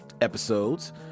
episodes